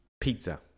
pizza